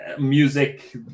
music